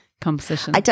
composition